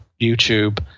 YouTube